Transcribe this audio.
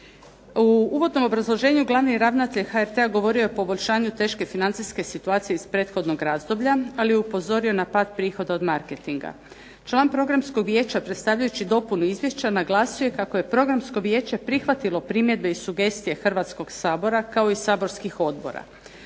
U uvodnom obrazloženju Glavni ravnatelj HRT-a govorio je o poboljšanju teške financijske situacije iz prethodnog razdoblja, ali je upozorio na pad prihoda od marketinga. Član Programskog vijeća predstavljajući dopunu izvješća naglasio je kako je Programsko vijeće prihvatilo primjedbe i sugestije Hrvatskog sabora kao i saborskih odbora.